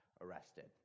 arrested